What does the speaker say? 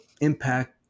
impact